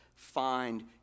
Find